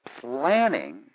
planning